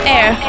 Air